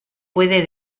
puede